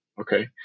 Okay